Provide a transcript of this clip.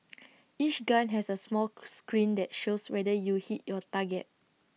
each gun has A small screen that shows whether you hit your target